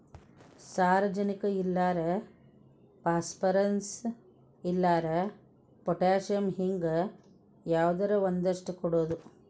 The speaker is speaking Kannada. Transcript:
ಸಾರಜನಕ ಇಲ್ಲಾರ ಪಾಸ್ಪರಸ್, ಇಲ್ಲಾರ ಪೊಟ್ಯಾಶ ಹಿಂಗ ಯಾವದರ ಒಂದಷ್ಟ ಕೊಡುದು